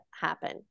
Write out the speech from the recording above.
happen